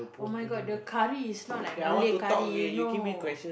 oh-my-god the curry is not like Malay curry you know